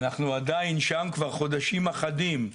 אנחנו עדיין שם כבר חודשים אחדים,